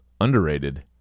underrated